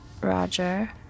Roger